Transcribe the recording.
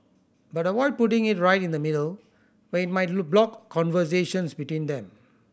but avoid putting it right in the middle where it might block conversations between them